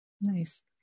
Nice